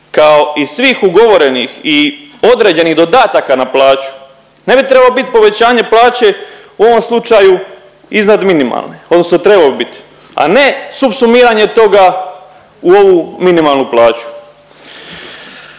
kao i svih ugovorenih i određenih dodataka na plaću ne bi trebalo bit povećanje plaće u ovom slučaju iznad minimalne odnosno trebalo bi bit, a ne subsumiranje toga u ovu minimalnu plaću.